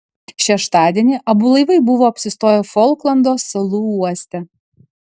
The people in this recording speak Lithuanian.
šeštadienį abu laivai buvo apsistoję folklando salų uoste